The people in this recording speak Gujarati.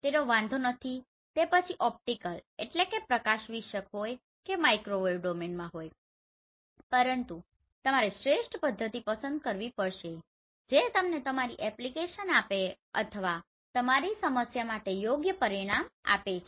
તેનો વાંધો નથી તે પછી ઓપ્ટિકલOptical પ્રકાશ વિષયક હોય કે માઇક્રોવેવ ડોમેનમાં છે પરંતુ તમારે શ્રેષ્ઠ પદ્ધતિ પસંદ કરવી પડશે કે જે તમને તમારી એપ્લિકેશન આપે અથવા તમારી સમસ્યા માટે યોગ્ય પરિણામ આપે છે